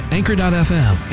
Anchor.fm